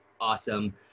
awesome